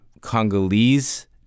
Congolese